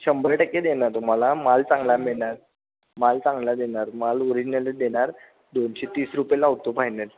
शंभर टक्के देणार तुम्हाला माल चांगला मिळणार माल चांगला देणार माल ओरिजिनल देणार दोनशे तीस रुपये लावतो फायनल